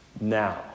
now